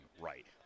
right